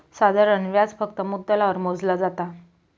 साधारण व्याज फक्त मुद्दलावर मोजला जाता